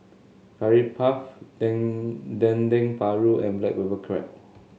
Curry Puff Dendeng Paru and Black Pepper Crab